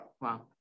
wow